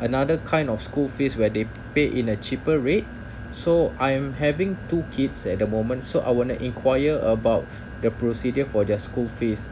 another kind of school fee where they pay in a cheaper rate so I'm having two kids at the moment so I would like inquire about the procedure for their school fees